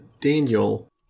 Daniel